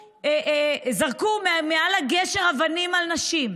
זרקו מעל הגשר אבנים על נשים.